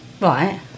Right